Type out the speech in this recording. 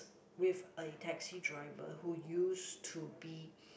with a taxi driver who used to be